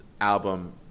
album